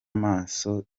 amaso